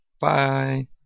Bye